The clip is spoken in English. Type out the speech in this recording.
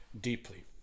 deeply